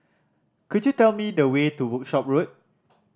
could you tell me the way to Workshop Road